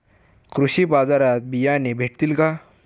कृषी बाजारात बियाणे भेटतील का?